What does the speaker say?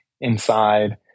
inside